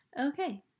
Okay